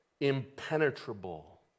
impenetrable